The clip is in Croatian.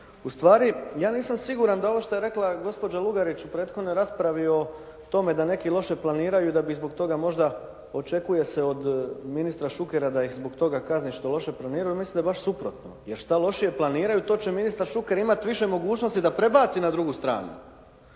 Ustvari ja nisam siguran da ono što je rekla gospođa Lugarić u prethodnoj raspravi rekla o tome da neki loše planiraju i da bi zbog toga možda očekuje se od ministra Šukera zbog toga kazni što loše planiraju, mislim da je baš suprotno, jer što lošije planiraju to će ministar Šuker imati više mogućnosti da prebaci na drugu stranu.